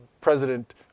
President